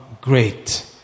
Great